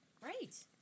right